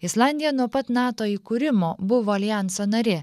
islandija nuo pat nato įkūrimo buvo aljanso narė